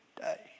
day